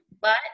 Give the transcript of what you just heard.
But-